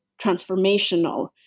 transformational